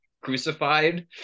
crucified